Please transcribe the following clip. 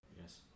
Yes